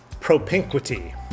propinquity